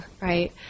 right